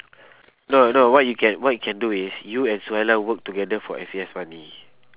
no no what you can what you can do is you and suhaila work together for F_A_S money